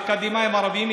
האקדמאים הערבים,